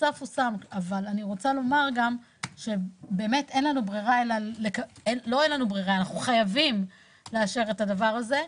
אבל אין לנו ברירה, ואנו חייבים לאשר את זה,